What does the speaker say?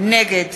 נגד